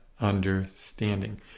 understanding